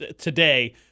today